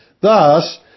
Thus